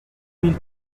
mille